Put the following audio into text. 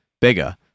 bigger